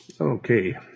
okay